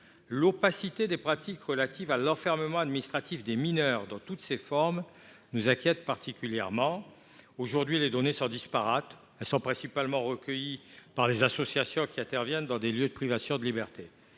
L’opacité des pratiques relatives à l’enfermement administratif des mineurs dans toutes ses formes nous inquiète particulièrement. Aujourd’hui, les données sont disparates. Elles sont principalement recueillies par les associations qui interviennent dans des lieux de privation de liberté,